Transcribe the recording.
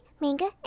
manga